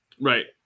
Right